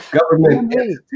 government